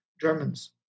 Germans